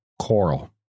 Coral